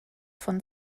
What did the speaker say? von